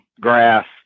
grass